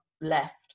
left